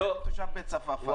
ואני תושב בית צפאפא,